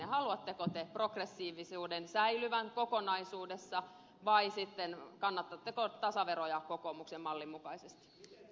haluatteko te progressiivisuuden säilyvän kokonaisuudessa vai kannatatteko sitten tasaveroja kokoomuksen mallin mukaisesti